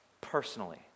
personally